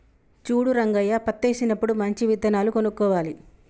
చూడు రంగయ్య పత్తేసినప్పుడు మంచి విత్తనాలు కొనుక్కోవాలి